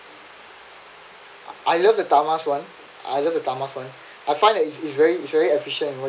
I love the tama's one I love the tama's one I find is very very efficient